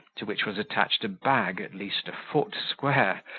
to which was attached a bag at least a foot square,